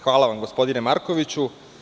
Hvala vam, gospodine Markoviću.